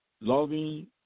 loving